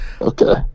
Okay